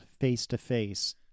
face-to-face